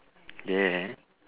yeah